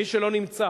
מי שלא נמצא